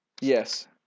Yes